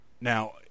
Now